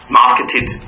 marketed